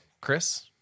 Chris